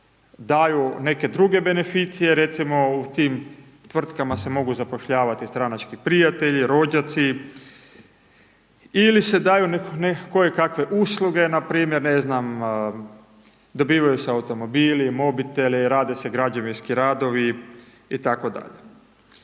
daju neke druge beneficije. Recimo u tim tvrtkama se mogu zapošljavati stranački prijatelji, rođaci, ili se daju koje kakve usluge, npr. ne znam dobivaju se automobili, mobiteli, rade se građevinski radovi itd..